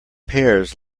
pears